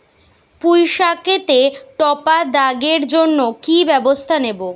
পুই শাকেতে টপা দাগের জন্য কি ব্যবস্থা নেব?